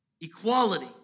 Equality